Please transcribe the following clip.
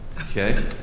Okay